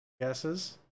Guesses